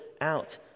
out